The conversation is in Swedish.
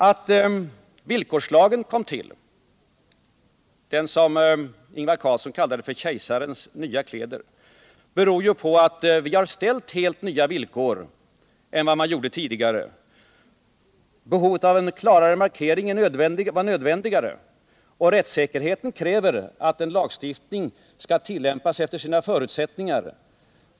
Att villkorslagen kommit till — den som Ingvar Carlsson kallade för ”kejsarens nya kläder” — beror ju på att vi ansett oss behöva ställa helt nya och andra villkor än man gjorde tidigare. Behovet av en klarare markering är nödvändigt, och rättssäkerheten kräver att en lagstiftning skall tillämpas efter sina förutsättningar.